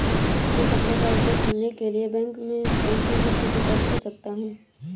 मैं कपड़े का उद्योग खोलने के लिए बैंक से ऋण कैसे प्राप्त कर सकता हूँ?